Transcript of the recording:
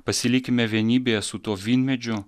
pasilikime vienybėje su tuo vynmedžiu